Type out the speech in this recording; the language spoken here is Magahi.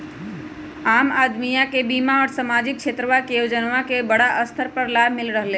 आम अदमीया के बीमा और सामाजिक क्षेत्रवा के योजनावन के बड़ा स्तर पर लाभ मिल रहले है